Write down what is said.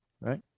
Right